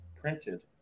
printed